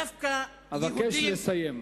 ידידי, אבקש לסיים.